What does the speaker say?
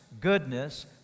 goodness